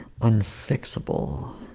unfixable